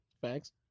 Facts